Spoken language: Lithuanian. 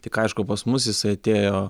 tik aišku pas mus jis atėjo